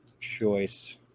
choice